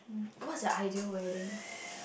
what's your ideal wedding